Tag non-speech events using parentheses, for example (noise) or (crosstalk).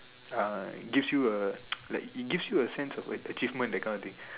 uh gives you a (noise) like it gives you a sense of achievement that kind of thing